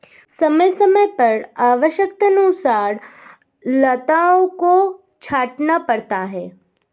समय समय पर आवश्यकतानुसार लताओं को छांटना पड़ता है